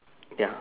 ya